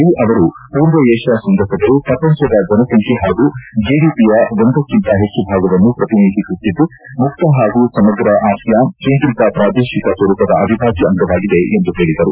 ಲೀ ಅವರು ಪೂರ್ವ ಏಷ್ಯಾ ಶೃಂಗಸಭೆ ಪ್ರಪಂಚದ ಜನಸಂಖ್ಯೆ ಹಾಗೂ ಜೆಡಿಪಿಯ ಒಂದಕ್ಕಿಂತ ಹೆಚ್ಚು ಭಾಗವನ್ನು ಪ್ರತಿನಿಧಿಸುತ್ತಿದ್ದು ಮುಕ್ತ ಹಾಗೂ ಸಮಗ್ರ ಆಸಿಯಾನ್ ಕೇಂದ್ರೀತ ಪ್ರಾದೇಶಿಕ ಸ್ವರೂಪದ ಅವಿಭಾಜ್ಯ ಅಂಗವಾಗಿದೆ ಎಂದು ಹೇಳಿದರು